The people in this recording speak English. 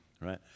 right